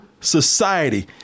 society